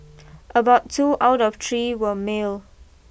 about two out of three were male